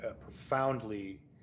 profoundly